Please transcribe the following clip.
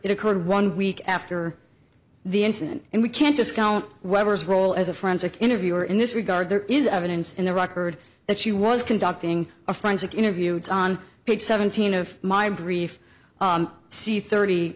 it occurred one week after the incident and we can't discount webber's role as a forensic interviewer in this regard there is evidence in the record that she was conducting a forensic interview it's on page seventeen of my brief c thirty